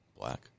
Black